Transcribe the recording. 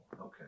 Okay